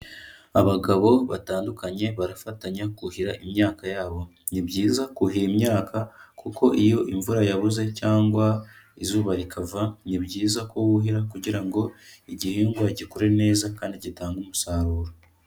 Abagabo batandukanye barafatanya kuhira imyaka yabo, ni byiza kuhira imyaka kuko iyo imvura yabuze cyangwa izuba rikava, ni byiza ko wuhira kugira ngo igihingwa agikure neza kandi gitangage umusaruro.